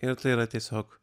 ir tai yra tiesiog